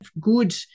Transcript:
good